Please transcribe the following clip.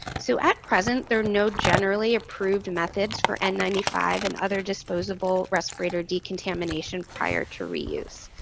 so, at present, there are no generally approved methods for n nine five and other disposable respirator decontamination prior to reuse.